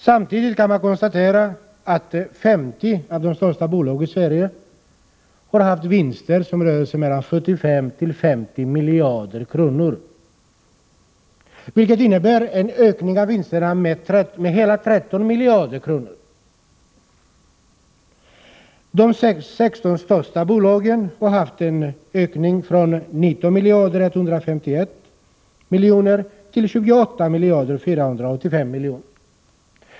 Samtidigt kan vi konstatera att 50 av de största bolagen i Sverige har gjort vinster som uppgår till mellan 50 och 75 miljarder kronor, vilket innebär en ökning med hela 13 miljarder. De sexton största bolagen har ökat sina vinster från 19 151 000 000 till 28 485 000 000 kr.